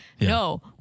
no